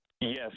Yes